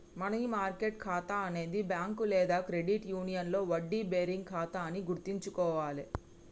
money market ఖాతా అనేది bank లేదా క్రెడిట్ యూనియన్లో వడ్డీ బేరింగ్ ఖాతా అని గుర్తుంచుకోవాలే